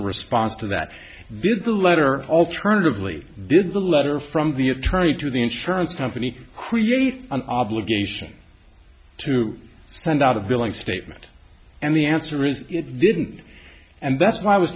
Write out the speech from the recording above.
a response to that did the letter alternatively did the letter from the attorney to the insurance company create an obligation to send out of billing statement and the answer is it didn't and that's why i was